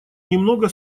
немного